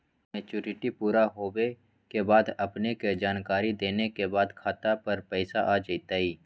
Maturity पुरा होवे के बाद अपने के जानकारी देने के बाद खाता पर पैसा आ जतई?